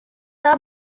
are